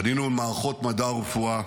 בנינו מערכות מדע ורפואה,